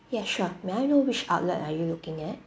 yeah sure may I know which outlet are you looking at